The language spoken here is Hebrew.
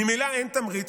ממילא אין תמריץ,